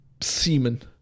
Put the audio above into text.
semen